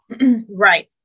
right